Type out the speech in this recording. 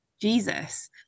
Jesus